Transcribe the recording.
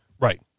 Right